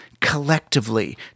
collectively